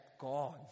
god